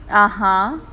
(uh huh)